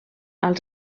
als